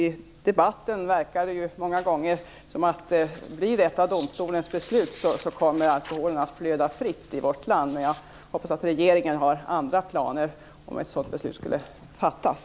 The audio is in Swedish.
I debatten verkar det många gånger som att alkoholen kommer att flöda fritt i vårt land om detta blir domstolens beslut. Jag hoppas att regeringen har andra planer om ett sådant beslut skulle fattas.